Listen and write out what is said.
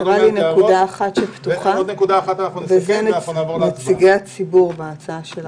נקודה אחרונה ליועצת המשפטית ונעבור להצבעה.